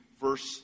verse